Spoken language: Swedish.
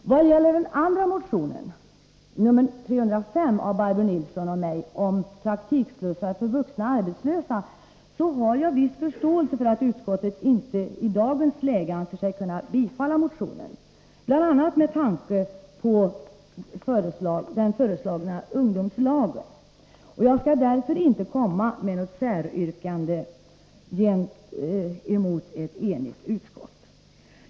Vad gäller den andra motionen, motion 1982/83:305 av Barbro Nilsson i Visby och mig om praktikslussar för vuxna arbetslösa, har jag viss förståelse för att utskottet inte i dagens läge anser sig kunna biträda motionen, bl.a. med tanke på den föreslagna ungdomslagen. Jag skall därför inte komma med något säryrkande gentemot ett enigt utskott.